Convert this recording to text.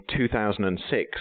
2006